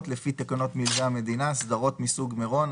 לפי תקנות מילווה המדינה (סדרות מסוג "מירון"),